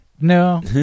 No